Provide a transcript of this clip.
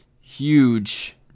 huge